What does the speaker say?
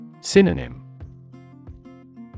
Synonym